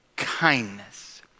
kindness